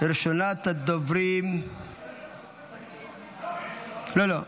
ראשונת הדוברים ------ לא, לא.